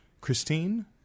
Christine